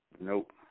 Nope